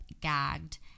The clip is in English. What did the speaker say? gagged